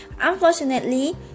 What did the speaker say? unfortunately